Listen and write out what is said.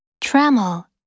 Trammel